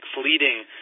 fleeting